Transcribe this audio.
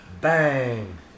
bang